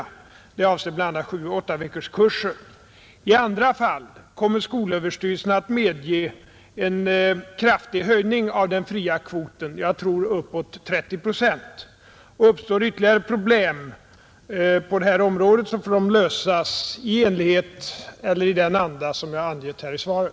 Det gäller bl.a. 7 och 8-veckorskurserna. I andra fall kommer skolöverstyrelsen att medge en kraftig höjning av den fria kvoten — jag tror upp till 30 procent. Uppstår ytterligare problem på detta område, får de lösas i den anda som jag har angivit här i svaret.